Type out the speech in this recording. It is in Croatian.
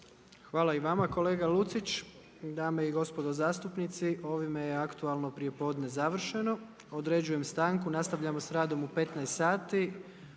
Hvala i vama kolega Lucić. Dame i gospode zastupnici, ovime je aktualno prijepodne završeno. Određujem stanku. Nastavljamo s radom u 15,00 sati.